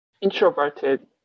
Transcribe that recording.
introverted